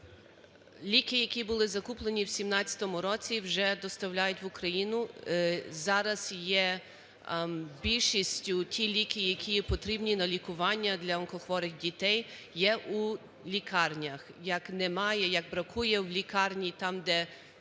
Ліки, які були закуплені в 2017 році вже, доставляють в Україну. Зараз є більшістю ті ліки, які потрібні на лікування дляонкохворих дітей, є у лікарнях. Як немає, як бракує в лікарні, там, де дитина,